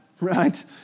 right